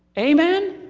amen?